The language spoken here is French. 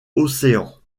océans